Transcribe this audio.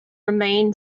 remain